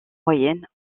moyenne